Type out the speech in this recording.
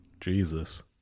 Jesus